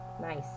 Nice